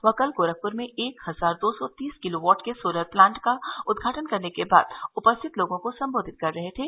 वह कल गोरखपुर में एक हजार दो सौ तीस किलोवाट के सोलर प्लांट का उदघाटन करने के बाद उपस्थित लोगों को संबोधित कर रहे थे